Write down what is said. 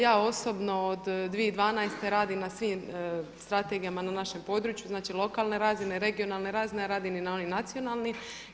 Ja osobno od 2012. radim na svim strategijama na našem području, znači lokalne razine, regionalne razine, a radim i na onim nacionalnim.